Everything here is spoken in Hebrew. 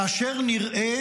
כאשר נראה